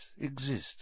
exist